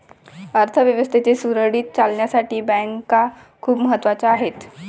अर्थ व्यवस्थेच्या सुरळीत चालण्यासाठी बँका खूप महत्वाच्या आहेत